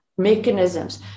mechanisms